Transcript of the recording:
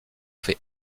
fait